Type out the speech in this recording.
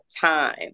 time